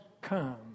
come